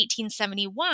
1871